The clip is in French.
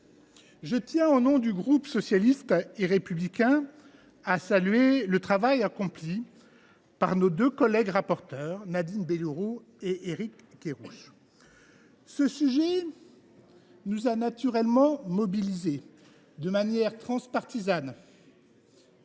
Je tiens, au nom du groupe Socialiste, Écologiste et Républicain, à saluer le travail accompli par nos deux collègues rapporteurs, Nadine Bellurot et Éric Kerrouche. Ce sujet nous a naturellement mobilisés de manière transpartisane.